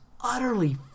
utterly